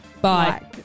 Bye